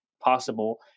possible